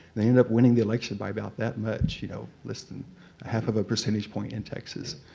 they ended up winning the election by about that much, you know less than half of a percentage point in texas.